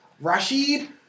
Rashid